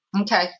Okay